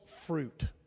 fruit